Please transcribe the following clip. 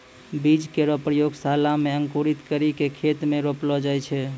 बीज केरो प्रयोगशाला म अंकुरित करि क खेत म रोपलो जाय छै